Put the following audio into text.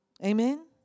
Amen